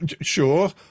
Sure